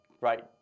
right